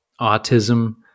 autism